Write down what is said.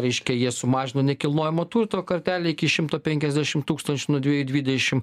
reiškia jie sumažino nekilnojamo turto kartelę iki šimto penkiasdešim tūkstančių dviejų dvidešim